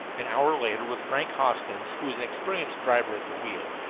an hour later, with frank hoskins, who was an experienced driver, at the wheel,